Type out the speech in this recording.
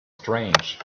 strange